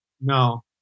No